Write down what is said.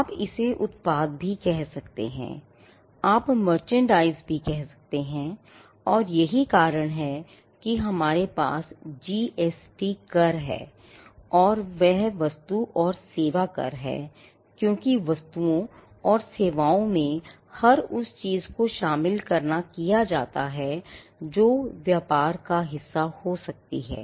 आप इसे उत्पाद भी कह सकते हैं आप merchandise भी कह सकते हैं और यही कारण है कि हमारे पास जीएसटी कर है वह वस्तु और सेवा कर है क्योंकि वस्तुओं और सेवाओं में हर उस चीज को शामिल करना किया जाता है जो व्यापार का एक हिस्सा हो सकती है